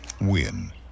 win